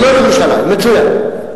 זה לא ירושלים, מצוין.